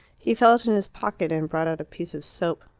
he felt in his pocket and brought out a piece of soap.